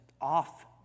off